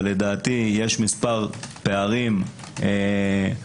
אבל לדעתי יש כמה פערים מועטים.